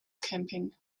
camping